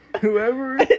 Whoever